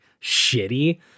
shitty